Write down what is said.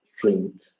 drink